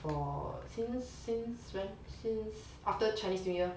for since since when since after chinese new year